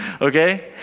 okay